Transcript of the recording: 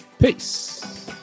Peace